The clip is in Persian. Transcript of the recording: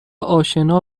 اشنا